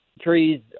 trees